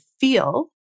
feel